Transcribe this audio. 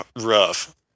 rough